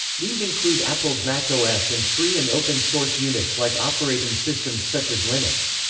these include apple's macos and free and open-source unix-like operating systems such as linux.